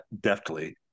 deftly